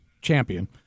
champion